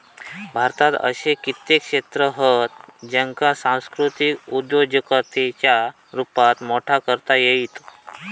बाजारात असे कित्येक क्षेत्र हत ज्येंका सांस्कृतिक उद्योजिकतेच्या रुपात मोठा करता येईत